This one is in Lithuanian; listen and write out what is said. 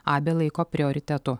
abė laiko prioritetu